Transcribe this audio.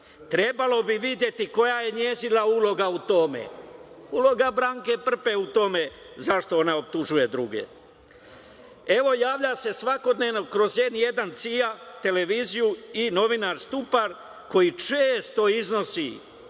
trebalo bi videti koja je njena uloga u tome, uloga Branke Prpe u tome za šta ona optužuje druge. Evo, javlja se svakodnevno kroz N1 CIA i novinar Stupar, koji često iznosi